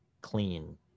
clean